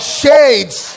shades